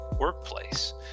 workplace